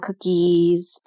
cookies